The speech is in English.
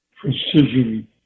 precision